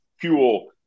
fuel